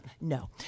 No